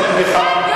אנחנו כאן,